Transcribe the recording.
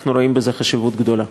אנחנו רואים בזה חשיבות גדולה.